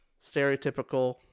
stereotypical